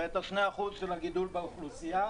ואת ה-2% של הגידול באוכלוסייה,